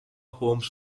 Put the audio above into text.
holmes